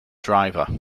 driver